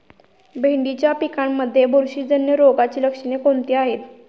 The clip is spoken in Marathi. भेंडीच्या पिकांमध्ये बुरशीजन्य रोगाची लक्षणे कोणती आहेत?